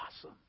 Awesome